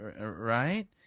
right